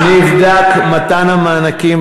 נבדק מתן המענקים,